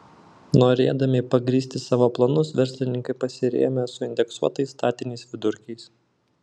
norėdami pagrįsti savo planus verslininkai pasirėmė suindeksuotais statistiniais vidurkiais